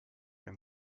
and